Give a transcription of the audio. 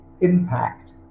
impact